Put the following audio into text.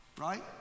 Right